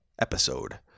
episode